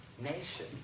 nation